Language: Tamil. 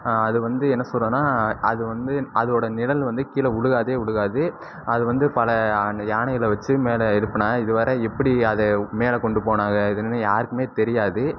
அது வந்து என்ன சொல்றேன்னா அது வந்து அதுவோட நிழல் வந்து கீழே விழுகாதே விழுகாது அது வந்து பல ஆண்டு யானையில் வெச்சு மேலே எழுப்பினாங்க இது வரை எப்படி அதை மேலே கொண்டு போனாங்க இதுன்னு யாருக்கும் தெரியாது